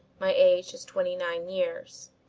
my age is twenty-nine years.